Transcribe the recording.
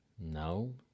No